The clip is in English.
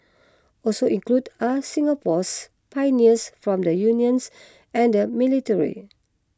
also included are Singapore's pioneers from the unions and the military